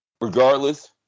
Regardless